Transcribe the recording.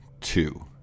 two